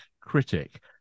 critic